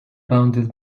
bounded